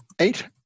Eight